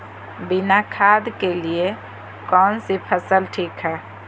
बिना खाद के लिए कौन सी फसल ठीक है?